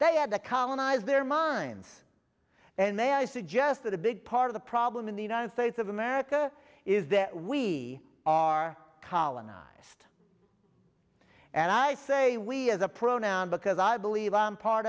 they had to colonize their minds and they i suggest that a big part of the problem in the united states of america is that we are colonized and i say we as a pronoun because i believe i'm part